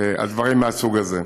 הדברים מהסוג הזה.